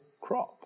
crop